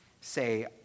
say